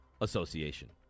association